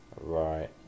Right